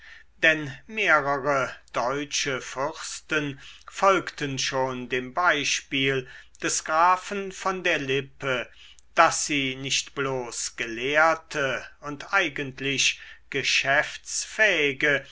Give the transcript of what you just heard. denn mehrere deutsche fürsten folgten schon dem beispiel des grafen von der lippe daß sie nicht bloß gelehrte und eigentlich geschäftsfähige